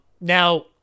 Now